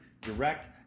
direct